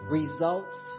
results